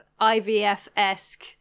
IVF-esque